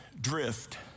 drift